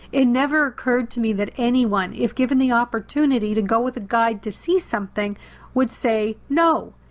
it never occurred to me that anyone, if given the opportunity to go with a guide to see something would say no!